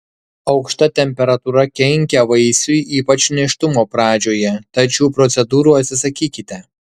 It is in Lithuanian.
aukšta temperatūra kenkia vaisiui ypač nėštumo pradžioje tad šių procedūrų atsisakykite